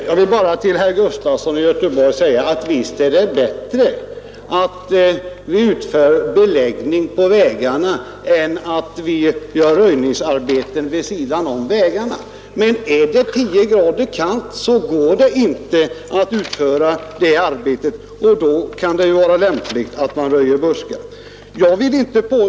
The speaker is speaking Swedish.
Herr talman! Jag vill bara till herr Gustafson i Göteborg säga att visst är det bättre att vi utför beläggning på vägarna än att vi gör röjningsarbeten vid sidan om vägarna, men är det 10 grader kallt så går det inte att utföra beläggningsarbeten och då kan det ju vara lämpligt att man röjer buskar.